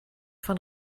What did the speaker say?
von